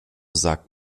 sagt